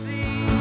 See